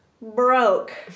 broke